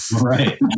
Right